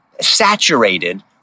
saturated